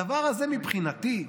הדבר הזה, מבחינתי,